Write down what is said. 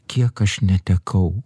kiek aš netekau